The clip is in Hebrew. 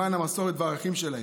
למען המסורת והערכים שלהם.